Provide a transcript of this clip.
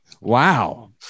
Wow